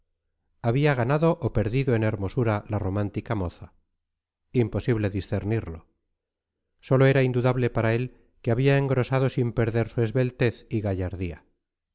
había ganado o perdido en hermosura la romántica moza imposible discernirlo sólo era indudable para él que había engrosado sin perder su esbeltez y gallardía